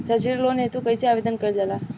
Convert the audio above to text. सैक्षणिक लोन हेतु कइसे आवेदन कइल जाला?